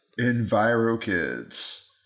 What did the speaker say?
EnviroKids